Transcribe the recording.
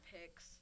picks